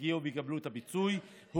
יגיעו ויקבלו את הפיצוי.